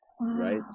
right